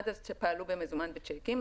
עד אז פעלו במזומן וצ'קים.